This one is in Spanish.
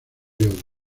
yodo